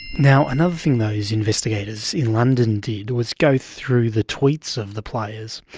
now, another thing those investigators in london did was go through the tweets of the players.